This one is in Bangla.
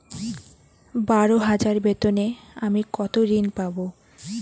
বারো হাজার বেতনে আমি কত ঋন পাব?